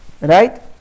Right